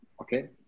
okay